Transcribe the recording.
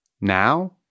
now